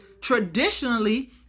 traditionally